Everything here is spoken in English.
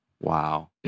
Wow